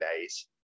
days